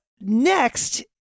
next